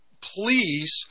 please